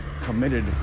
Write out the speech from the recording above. committed